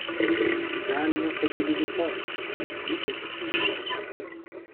galime kad ir rytoj tvarkyti visus dokumentus